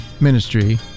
Ministry